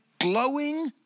glowing